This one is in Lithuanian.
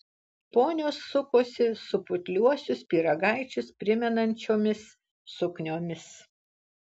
ponios sukosi su putliuosius pyragaičius primenančiomis sukniomis